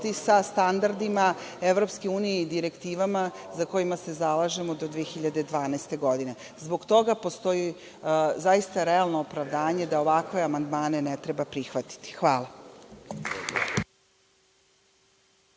sa standardima EU i direktivama za koje se zalažemo do 2012. godine. Zbog toga postoji zaista realno opravdanje da ovakve amandmane ne treba prihvatiti. Hvala.